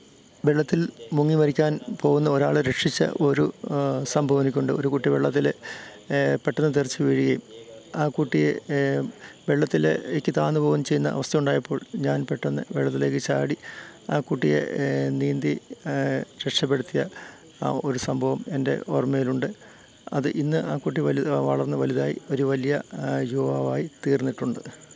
വെള്ളത്തില് മുങ്ങി മരിക്കാന് പോവുന്ന ഒരാളെ രക്ഷിച്ച ഒരു സംഭവം എനിക്കുണ്ട് ഒരു കുട്ടി വെള്ളത്തില് പെട്ടെന്ന് തെറിച്ചുവീഴുകയും ആ കുട്ടിയെ വെള്ളത്തിലേക്കു താഴ്ന്നുപോകുകയും ചെയ്യുന്ന അവസ്ഥയുണ്ടായപ്പോള് ഞാന് പെട്ടെന്ന് വെള്ളത്തിലേക്ക് ചാടി ആ കുട്ടിയെ നീന്തി രക്ഷപ്പെടുത്തിയ ആ ഒരു സംഭവം എന്റെ ഓര്മ്മയിലുണ്ട് അത് ഇന്ന് ആ കുട്ടി വലുതാ വളർന്ന് വലുതായി ഒരു വലിയ യുവാവായി തീര്ന്നിട്ടുണ്ട്